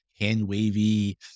hand-wavy